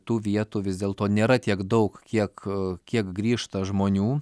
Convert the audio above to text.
tų vietų vis dėlto nėra tiek daug kiek kiek grįžta žmonių